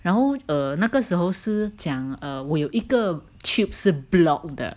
然后 err 那个时候是讲 err 我有一个 tube 是 blocked 的